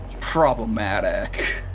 problematic